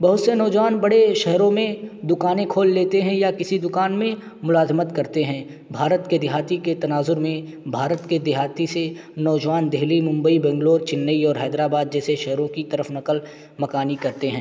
بہت سے نوجوان بڑے شہروں میں دکانیں کھول لیتے ہیں یا کسی دکان میں ملازمت کرتے ہیں بھارت کے دیہاتی کے تناظر میں بھارت کے دیہاتی سے نوجوان دہلی ممبئی بنگلور چنئی اور حیدرآباد جیسے شہروں کی طرف نقل مکانی کرتے ہیں